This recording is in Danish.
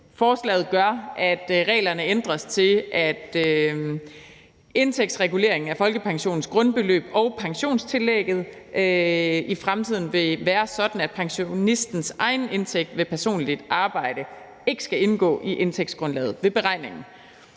Forslaget gør, at reglerne ændres til, at indtægtsreguleringen af folkepensionens grundbeløb og pensionstillægget i fremtiden vil være sådan, at pensionistens egen indtægt ved personligt arbejde ikke skal indgå i indtægtsgrundlaget ved beregningen.